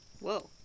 whoa